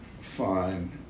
fine